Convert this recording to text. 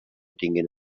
tinguin